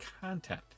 content